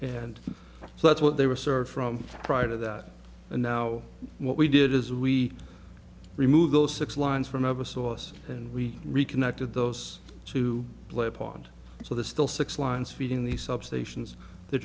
and so that's what they were serve from prior to that and now what we did is we remove those six lines from of a sauce and we reconnected those two blue pond so there's still six lines feeding the substations they're